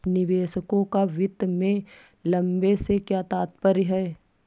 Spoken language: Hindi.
निवेशकों का वित्त में लंबे से क्या तात्पर्य है?